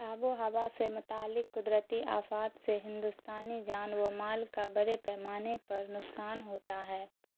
آب و ہوا سے متعلق قدرتی آفات سے ہندوستانی جان و مال کا بڑے پیمانے پر نقصان ہوتا ہے